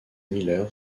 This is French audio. miller